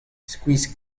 skuizh